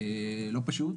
לא פשוט,